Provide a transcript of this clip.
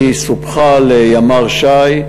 היא סופחה לימ"ר ש"י,